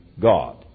God